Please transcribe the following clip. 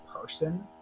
person